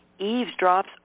Eavesdrops